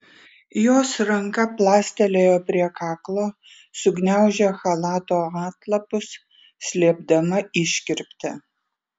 jos ranka plastelėjo prie kaklo sugniaužė chalato atlapus slėpdama iškirptę